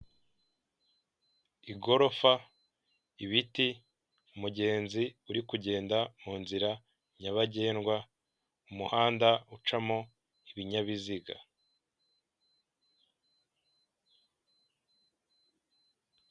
Inzu iherereye Kacyiru mu mujyi wa Kigali ikaba ikodeshwa amafaranga igihumbi na magana atanu by'amafaranga y'amanyamerika.